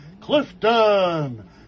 Clifton